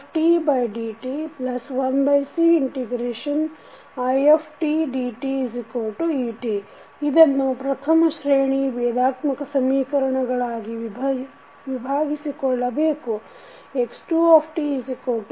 RitLdidt1Cidte ಇದನ್ನು ಪ್ರಥಮಶ್ರೇಣಿ ಬೇಧಾತ್ಮಕ ಸಮೀಕರಣಗಳಾಗಿ ವಿಭಾಗಿಸಿ ಕೊಳ್ಳಬೇಕು